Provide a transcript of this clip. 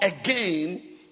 again